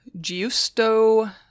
Giusto